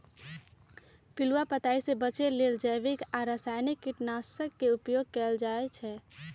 पिलुआ पताइ से बचे लेल जैविक आ रसायनिक कीटनाशक के उपयोग कएल जाइ छै